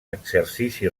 exercici